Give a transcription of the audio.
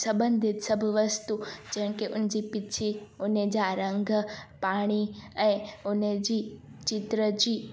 सभिनि सभु वस्तू जंहिंखे उन जी पिछी उन जा रंग पाणी ऐं उन जी चिट जी